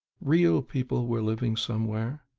real people were living somewhere,